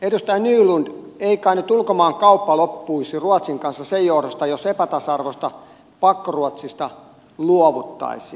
edustaja nylund ei kai ulkomaankauppa loppuisi ruotsin kanssa sen johdosta jos epätasa arvoisesta pakkoruotsista luovuttaisiin